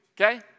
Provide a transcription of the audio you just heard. Okay